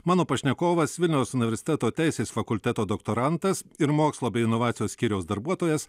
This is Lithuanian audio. mano pašnekovas vilniaus universiteto teisės fakulteto doktorantas ir mokslo bei inovacijų skyriaus darbuotojas